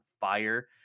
fire